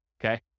okay